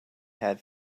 had